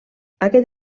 aquest